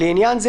לעניין זה,